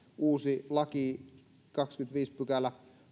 uusi laki kahdeskymmenesviides pykälä